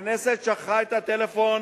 הכנסת שכחה את הטלפון